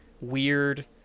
weird